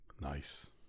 nice